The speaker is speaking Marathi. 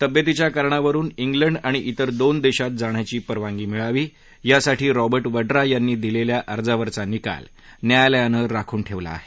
तब्येतीच्या कारणावरुन संड आणि तिर दोन देशात जाण्याची परवानगी मिळावी यासाठी रॉबर्ट वड्रा यांनी दिलेल्या अर्जावरचा निकाल न्यायालयानं राखून ठेवला आहे